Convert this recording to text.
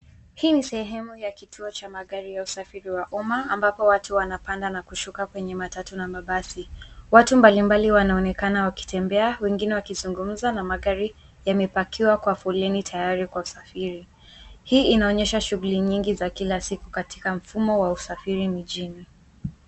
Hii ni sehemu ya kituo cha magari ya usafiri wa umma, ambapo watu wanapanda na kushuka kwenye matatu na mabasi. Watu mbalimbali wanaonekana wakitembea, wengine wakizungumza na magari yamepakiwa kwa foleni tayari kwa usafiri. Hii inaonyesha shughuli nyingi za kila siku katika mfumo wa usafiri mjini.